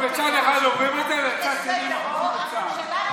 הם מצד אחד אומרים את זה ומצד שני מחליפים את צה"ל,